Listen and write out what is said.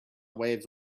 waves